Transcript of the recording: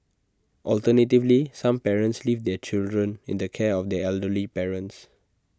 alternatively some parents leave their children in the care of their elderly parents